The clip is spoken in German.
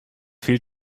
fehlt